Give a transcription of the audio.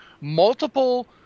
multiple